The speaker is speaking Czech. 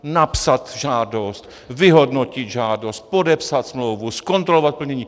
Napsat žádost, vyhodnotit žádost, podepsat smlouvu, zkontrolovat plnění.